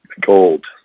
gold